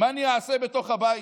מה אני אעשה בתוך הבית?